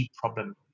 problem